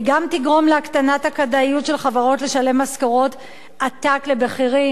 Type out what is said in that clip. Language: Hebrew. והיא גם תגרום להקטנת הכדאיות של חברות לשלם משכורות עתק לבכירים.